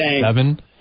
seven